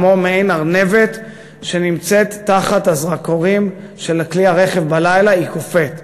כמו ארנבת שנמצאת תחת הזרקורים של כלי הרכב בלילה והיא קופאת.